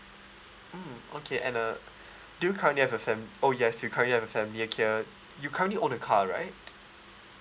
mm okay and uh do you currently have a fam~ oh yes you currently have a family uh here you currently own a car right